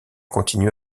continue